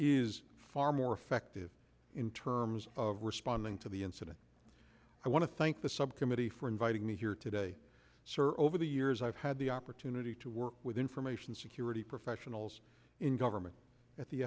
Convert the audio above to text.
is far more effective in terms of responding to the incident i want to thank the subcommittee for inviting me here today sir over the years i've had the opportunity to work with information security professionals in government at the